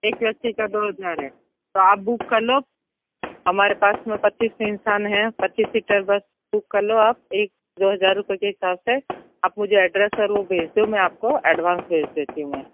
एक व्यक्ति का दो हज़ार है तो आप बुक कर लो हमारे पास में पच्चीस इंसान है पच्चीस सीटर बस बुक कर लो आप एक दो हज़ार रूपये के हिसाब से आप मुझे एड्रेस और वो भेज दो मैं आप को एडवान्स भेज देती हूँ मैं